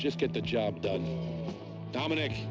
just get the job done dominic